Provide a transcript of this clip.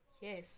Yes